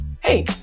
Hey